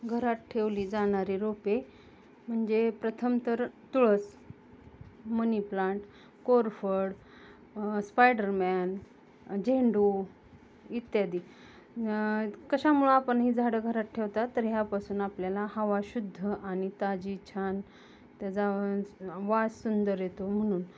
घरात ठेवली जाणारी रोपे म्हणजे प्रथम तर तुळस मनीप्लांट कोरफड स्पायडरमॅन झेंडू इत्यादी न कशामुळं आपण ही झाडं घरात ठेवतात तर ह्यापासून आपल्याला हवा शुद्ध आणि ताजी छान त्याचा वास सुंदर येतो म्हणून